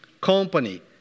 company